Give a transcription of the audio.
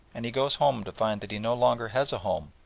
and he goes home to find that he no longer has a home,